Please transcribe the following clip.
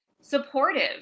supportive